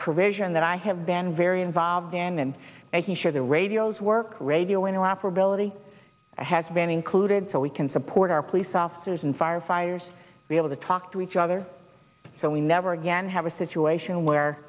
provision that i have been very involved in and making sure the radios work radio interoperability has been included so we can support our police officers and firefighters be able to talk to each other so we never again have a situation where